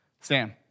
Sam